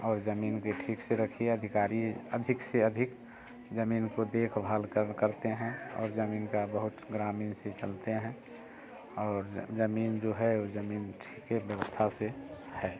और ज़मीन भी ठीक से रखिए अधिकारी अधिक से अधिक ज़मीन की देख भाल कर करते हैं और ज़मीन का बहुत ग्रामीन से चलते हैं और ज़मीन जो है ज़मीन ठीक है व्यवस्था से है